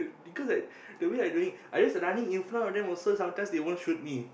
because like the way I running I just running in front of them also sometimes they won't shoot me